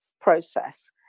process